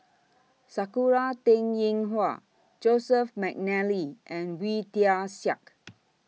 Sakura Teng Ying Hua Joseph Mcnally and Wee Tian Siak